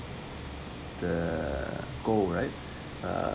the gold right uh